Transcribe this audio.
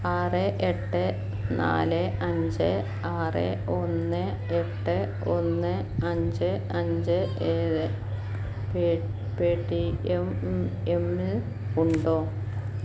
ആറ് എട്ട് നാല് അഞ്ച് ആറ് ഒന്ന് എട്ട് ഒന്ന് അഞ്ച് അഞ്ച് ഏഴ് പെ പേ ടി എം ൽ ഉണ്ടോ